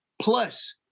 plus